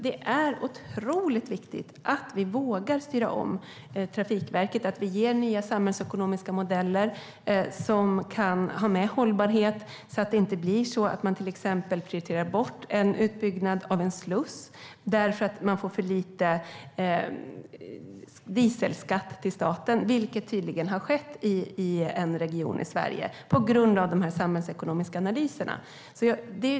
Det är otroligt viktigt att vi vågar styra om Trafikverket och att vi ger nya samhällsekonomiska modeller som kan ha med hållbarhet. Det får inte bli så att man till exempel prioriterar bort en utbyggnad av en sluss därför att man får in för lite dieselskatt till staten, vilket tydligen har skett i en region i Sverige på grund av de samhällsekonomiska analyserna.